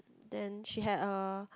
then she had a